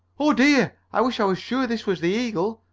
oh, dear! i wish i was sure this was the eagle!